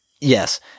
Yes